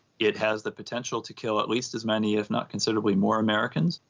it has the potential to kill at least as many, if not considerably more, americans,